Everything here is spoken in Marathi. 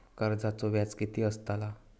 कर्जाचो व्याज कीती असताला?